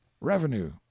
Revenue